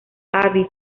aviv